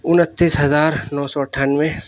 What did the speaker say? انتیس ہزار نو سو اٹھانوے